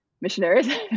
missionaries